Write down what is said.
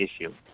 issue